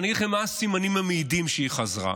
אני אגיד לכם מה הסימנים המעידים שהיא חזרה.